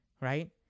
right